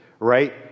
Right